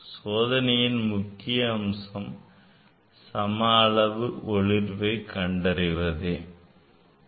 சோதனையின் முக்கிய அம்சம் சம ஒளிர்வை கண்டறிவதே ஆகும்